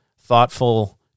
thoughtful